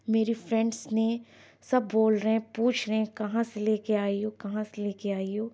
میری فرینڈس نے سب بول رہے ہیں پوچھ رہے ہیں کہاں سے لے کے آئی ہو کہاں سے لے کے آئی ہو